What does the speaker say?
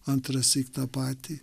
antrąsyk tą patį